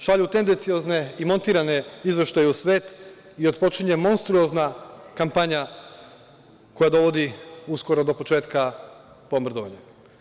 Šalju tendenciozne i montirane izveštaje u svet i otpočinje monstruozna kampanja koja dovodi uskoro do početka bombardovanja.